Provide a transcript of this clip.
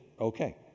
okay